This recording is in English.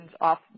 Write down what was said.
off